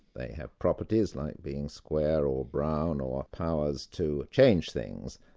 they have properties like being square or brown or powers to change things.